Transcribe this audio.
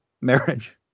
marriage